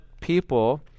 people